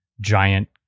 giant